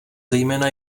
zejména